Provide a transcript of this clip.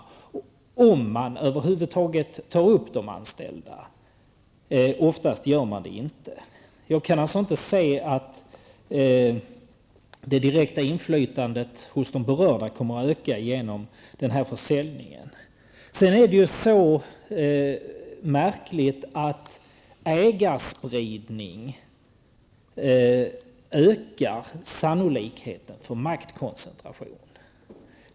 Frågan är om man över huvud taget bryr sig om de anställdas inflytande. Oftast gör man det inte. Jag kan alltså inte se att det direkta inflytandet hos de berörda kommer att öka genom denna försäljning. Det är vidare så märkligt att ägarspridning ökar sannolikheten för maktkoncentration.